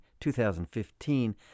2015